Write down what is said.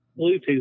Bluetooth